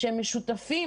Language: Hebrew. שהם משותפים,